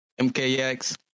MKX